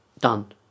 done